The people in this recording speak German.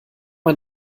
man